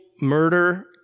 murder